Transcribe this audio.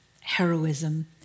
heroism